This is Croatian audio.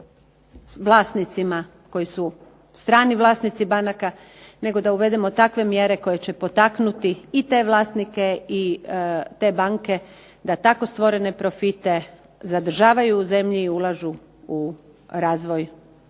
vlasnicima koji su strani vlasnici banaka, nego da uvedemo takve mjere koje će potaknuti i te vlasnike i te banke da tako stvorene profite zadržavaju u zemlji i ulažu u razvoj